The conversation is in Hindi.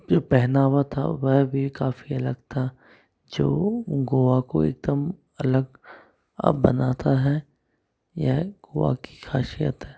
जो पहनावा था वह भी काफ़ी अलग था जो गोवा को एकदम अलग बनाता है यह गोवा की खासियत है